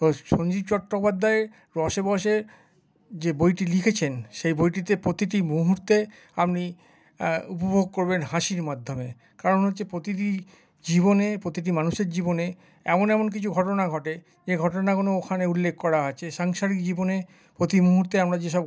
ও সঞ্জীব চট্টোপাধ্যায় রসেবশে যে বইটি লিখেছেন সেই বইটিতে প্রতিটি মুহূর্তে আপনি উপভোগ করবেন হাসির মাধ্যমে কারণ হচ্ছে প্রতিটি জীবনে প্রতিটি মানুষের জীবনে এমন এমন কিছু ঘটনা ঘটে যে ঘটনাগুনো ওখানে উল্লেখ করা আছে সাংসারিক জীবনে প্রতি মুহূর্তে আমরা যে সব